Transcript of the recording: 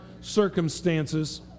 circumstances